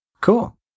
Cool